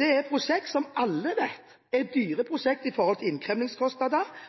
er prosjekter som alle vet er dyre prosjekter når det gjelder innkrevingskostnader.